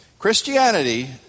Christianity